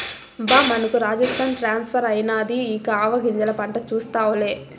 బా మనకు రాజస్థాన్ ట్రాన్స్ఫర్ అయినాది ఇక ఆవాగింజల పంట చూస్తావులే